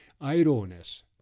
Idleness